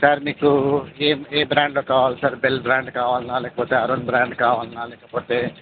sir మీకు ఏ ఏ బ్రాండ్లో కావాలి సార్ బెల్ బ్రాండ్ కావాలా లేకపోతే అరుణ్ బ్రాండ్ కావాలా లేకపోతే